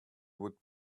would